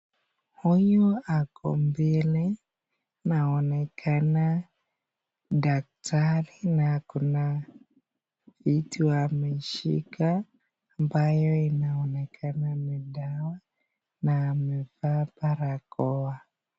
Huyu ako mbele anaonekana daktari, na kuna kitu ameshika ambayo inaonekana ni dawa na amevaa barakoa.